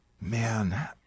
man